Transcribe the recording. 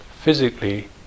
physically